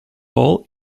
all